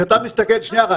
שנייה אחת.